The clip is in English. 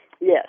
yes